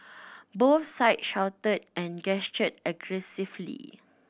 both sides shouted and gestured aggressively